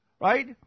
right